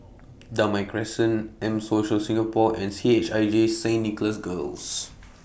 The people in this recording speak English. Damai Crescent M Social Singapore and C H I J Saint Nicholas Girls